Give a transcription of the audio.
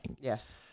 Yes